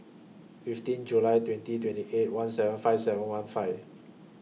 fifteen July twenty twenty eight one seven five seven one five